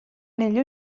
negli